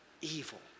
evil